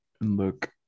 look